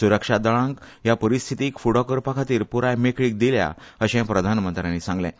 सुरक्षा दळांक ह्या परिस्थीतीक फुडो करपा खातीर पुराय मेकळीक दिल्या अर्शे प्रधानमंत्र्यांनी सांगलें